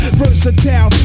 versatile